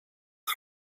his